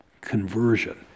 conversion